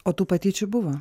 o tų patyčių buvo